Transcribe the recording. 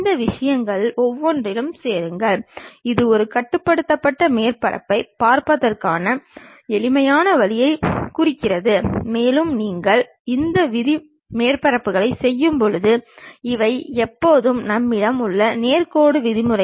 இந்த விஷயங்களில் ஒவ்வொன்றிலும் சேருங்கள் இது ஒரு கட்டுப்படுத்தப்பட்ட மேற்பரப்பைப் பார்ப்பதற்கான எளிமையான வழியைக் குறிக்கிறது மேலும் நீங்கள் இந்த விதி மேற்பரப்புகளைச் செய்யும்போது இவை எப்போதும் நம்மிடம் உள்ள நேர் கோடுகள் விதிமுறை